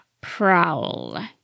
prowl